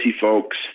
folks